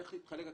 איך יתחלק הכסף?